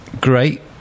Great